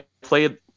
played